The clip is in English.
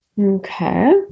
Okay